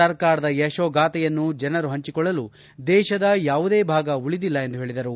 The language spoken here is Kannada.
ಸರ್ಕಾರದ ಯಶೋಗಾಥೆಯನ್ನು ಜನರು ಹಂಚಿಕೊಳ್ಲಲು ದೇಶದ ಯಾವುದೇ ಭಾಗ ಉಳಿದಿಲ್ಲ ಎಂದು ಹೇಳಿದರು